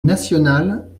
nationale